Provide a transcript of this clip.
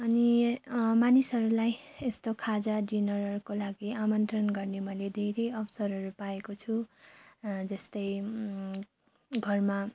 अनि मानिसहरूलाई यस्तो खाजा डिनरहरूको लागि आमन्त्रण गर्ने मैले धेरै अवसरहरू पाएको छु जस्तै घरमा